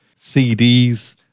CDs